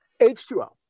H2O